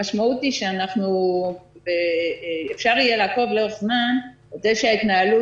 המשמעות שאפשר יהיה לעקוב לאורך זמן כדי שההתנהלות